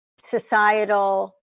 societal